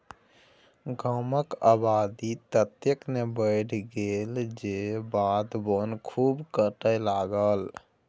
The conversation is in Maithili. गामक आबादी ततेक ने बढ़ि गेल जे बाध बोन खूब कटय लागल